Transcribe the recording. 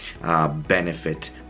benefit